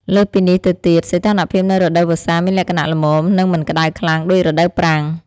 លើសពីនេះទៅទៀត សីតុណ្ហភាពនៅរដូវវស្សាមានលក្ខណៈល្មម និងមិនក្ដៅខ្លាំងដូចរដូវប្រាំង។